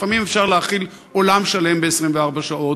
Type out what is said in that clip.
לפעמים אפשר להכיל עולם שלם ב-24 שעות.